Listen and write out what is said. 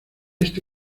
este